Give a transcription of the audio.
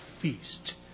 feast